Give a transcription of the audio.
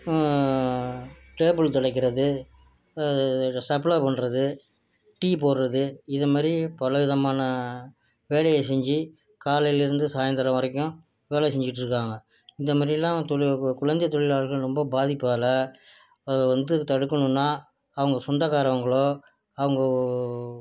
table துடைக்கிறது supply பண்றது tea போடுறது இதை மாதிரி பல விதமான வேலையை செஞ்சு காலையிலேருந்து சாய்ந்தரம் வரைக்கும் வேலை செஞ்சிக்கிட்டிருக்காங்க இந்த மாரிலாம் தொழில் கு குழந்தை தொழிலாளர்கள் ரொம்போ பாதிப்பால் அது வந்து தடுக்கணுனால் அவங்க சொந்தக்காரங்களோ அவங்கோ